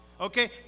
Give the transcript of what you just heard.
Okay